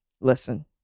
listen